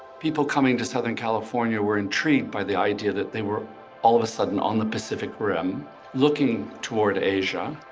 people coming to southern california were intrigued by the idea that they were all of a sudden on the pacific rim looking toward asia,